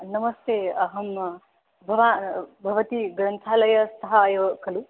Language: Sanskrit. नमस्ते अहं भवा भवती ग्रन्थालयस्थ एव खलु